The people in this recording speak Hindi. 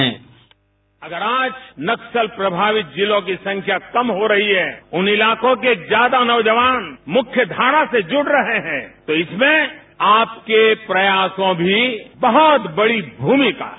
बाईट अगर आज नक्सल प्रभावित जिलों की संख्या कम हो रही है उन इलाकों के ज्यादा नौजवान मुख्य धारा से जुड़ रहे हैं तो इसमें आपके प्रयासों की बहुत बड़ी भूमिका है